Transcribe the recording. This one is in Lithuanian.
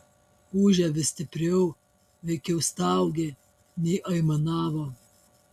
ūžė vis stipriau veikiau staugė nei aimanavo